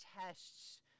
tests